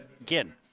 again